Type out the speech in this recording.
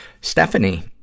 Stephanie